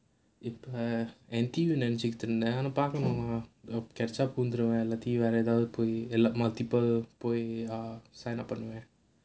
இப்ப:ippa N_T_U நானும் பார்க்கணும்:naanum paarkanum catch up வந்துருவேன் எல்லாத்தையும் வேற எதாது போய்:vanthruvaen ellaathaiyum vera ethaathu poyi multiple போய்:poyi sign up பண்ணுவேன்:pannuvaen